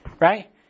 right